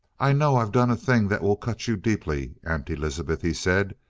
i know i've done a thing that will cut you deeply, aunt elizabeth, he said.